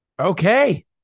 Okay